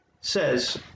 says